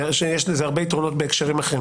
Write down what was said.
נראה שיש לזה הרבה יתרונות בהקשרים אחרים,